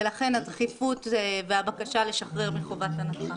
ולכן הדחיפות והבקשה לשחרר מחובת הנחה.